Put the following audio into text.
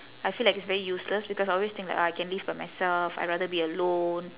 I feel like it's very useless because I always think like ah I can live by myself I rather be alone